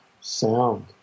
sound